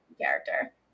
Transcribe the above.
character